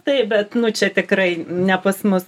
taip bet nu čia tikrai ne pas mus